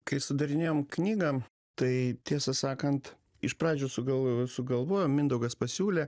kai sudarinėjom knygą tai tiesą sakant iš pradžių sugalvojau sugalvojau mindaugas pasiūlė